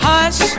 Hush